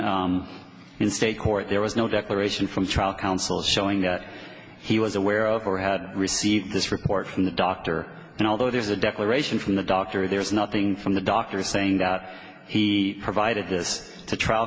again in state court there was no declaration from trial counsel showing that he was aware of or had received this report from the doctor and although there's a declaration from the doctor there is nothing from the doctor saying that he provided this to trial